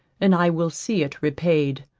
and i will see it repaid.